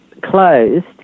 closed